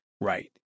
Right